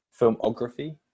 filmography